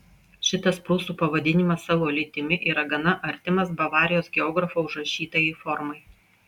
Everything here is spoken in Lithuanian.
šitas prūsų pavadinimas savo lytimi yra gana artimas bavarijos geografo užrašytajai formai